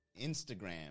Instagram